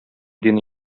дине